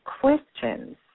questions